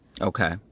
Okay